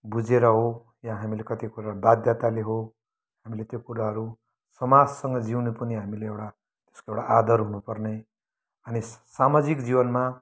बुझेर हो या हामीले कति कुरा बाध्यताले हो हामीले त्यो कुराहरू समाजसँग जिउनु पनि हामीले एउटा यसको एउटा आधार हुनुपर्ने अनि स् सामाजिक जीवनमा